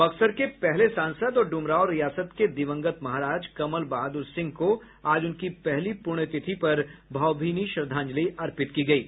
बक्सर के पहले सांसद और डुमरांव रियासत के दिवंगत महाराज कमल बहादुर सिंह को आज उनकी पहली प्रण्यतिथि पर भावभीनी श्रद्धांजलि अर्पित की गयी